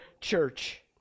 church